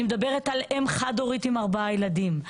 אני מדברת על אם חד הורית עם ארבעה ילדים.